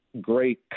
great